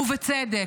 ובצדק.